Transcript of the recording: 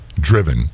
driven